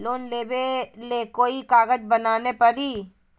Loan लेबे ले कोई कागज बनाने परी?